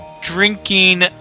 Drinking